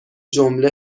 جمله